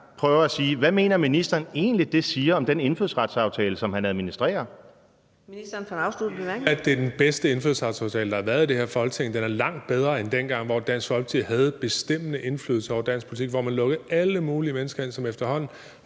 Udlændinge- og integrationsministeren (Kaare Dybvad Bek): At det er den bedste indfødsretsaftale, der har været i det her Folketing. Den er langt bedre end dengang, hvor Dansk Folkeparti havde bestemmende indflydelse på dansk politik, hvor man lukkede alle mulige mennesker ind, som efterhånden